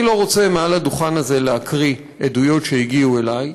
אני לא רוצה מעל הדוכן הזה להקריא עדויות שהגיעו אלי.